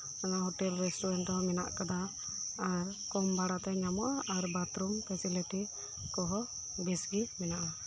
hotel restaurant ᱦᱚᱸ ᱢᱮᱱᱟᱜ ᱟᱠᱟᱫᱟ ᱟᱨ ᱠᱚᱢ ᱵᱷᱟᱲᱟ ᱛᱮ ᱧᱟᱢᱚᱜᱼᱟ ᱟᱨ ᱵᱟᱛᱷᱨᱩᱢ ᱯᱷᱮᱥᱤᱞᱤᱴᱤ ᱠᱚᱦᱚᱸ ᱵᱮᱥ ᱜᱮ ᱢᱮᱱᱟᱜᱼᱟ